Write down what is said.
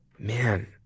man